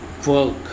work